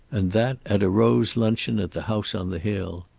and that at a rose luncheon at the house on the hill.